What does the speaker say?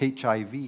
HIV